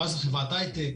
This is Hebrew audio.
מה היא חברת היי-טק,